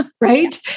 right